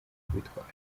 kubitwara